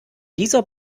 dieser